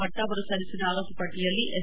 ಮಟ್ಲ ಅವರು ಸಲ್ಲಿಸಿದ ಆರೋಪಪಟ್ಲಿಯಲ್ಲಿ ಎಸ್